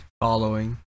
Following